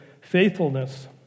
faithfulness